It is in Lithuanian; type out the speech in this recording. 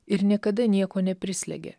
ir niekada nieko neprislegia